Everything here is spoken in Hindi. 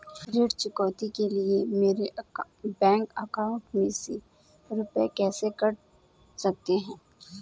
ऋण चुकौती के लिए मेरे बैंक अकाउंट में से रुपए कैसे कट सकते हैं?